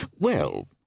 Well